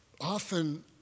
often